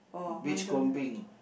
beachcombing